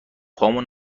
پامو